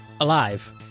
alive